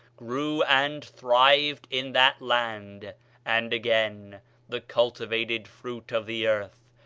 grew and thrived in that land and again the cultivated fruits of the earth,